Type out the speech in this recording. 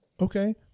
okay